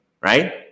Right